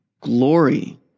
glory